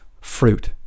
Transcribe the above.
fruit